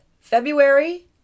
February